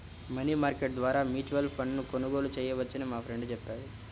money market ద్వారా mutual ఫండ్ను కొనుగోలు చేయవచ్చని మా ఫ్రెండు చెప్పాడు